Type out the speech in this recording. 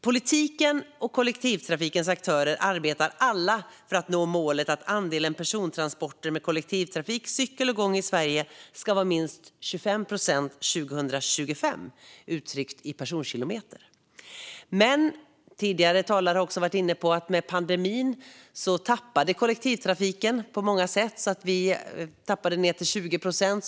Politiken och kollektivtrafikens aktörer arbetar alla för att nå målet att andelen persontransporter med kollektivtrafik, cykel och gång i Sverige ska vara minst 25 procent 2025, uttryckt i personkilometer. Men som tidigare talare också har varit inne på tappade kollektivtrafiken resenärer på många sätt under pandemin, ned till 20 procent.